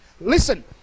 Listen